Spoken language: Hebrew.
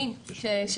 לא.